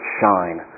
shine